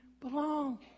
belong